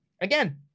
Again